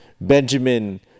Benjamin